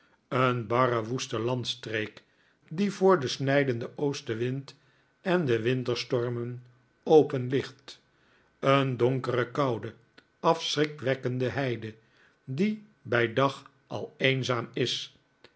een barre woeste landstreek die voor den snijdenden oostenwind en de winterstormen open ligt een donkere koude afschrikwekkende heide die bij dag al eenzaam is